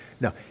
Now